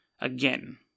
again